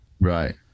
Right